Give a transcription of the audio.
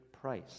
price